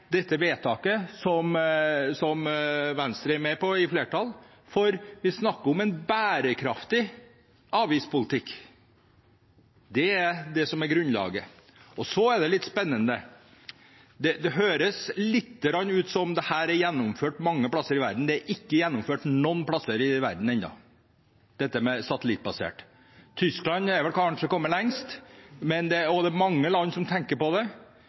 dette vedtaket som Venstre er med på som del av et flertall. Vi snakker om en bærekraftig avgiftspolitikk. Det er det som er grunnlaget. Og så er det litt spennende. Det høres litt ut som om dette er gjennomført mange plasser i verden. Det er ikke gjennomført noen plasser i verden ennå, dette med det satellittbaserte. Tyskland har kanskje kommet lengst, og det er mange land som tenker på det.